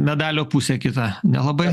medalio pusė kita nelabai